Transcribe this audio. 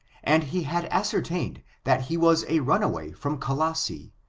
and he had ascertained that he was a runaway from coloa se,